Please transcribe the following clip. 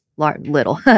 little